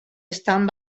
estan